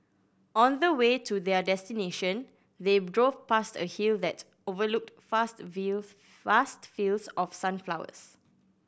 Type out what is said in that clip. on the way to their destination they drove past a hill that overlooked fast vast fields of sunflowers